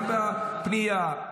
גם בפנייה,